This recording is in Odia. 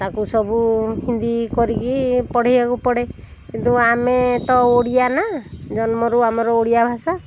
ତାଙ୍କୁ ସବୁ ହିନ୍ଦୀ କରିକି ପଢ଼େଇବାକୁ ପଡ଼େ କିନ୍ତୁ ଆମେ ତ ଓଡ଼ିଆ ନା ଜନ୍ମରୁ ଆମ ଓଡ଼ିଆ ଭାଷା